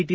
T